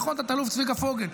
נכון, תת-אלוף צביקה פוגל?